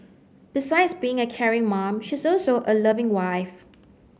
besides being a caring mom she's also a loving wife